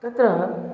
तत्र